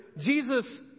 Jesus